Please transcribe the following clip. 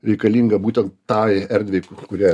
reikalingą būten tai erdvei kurią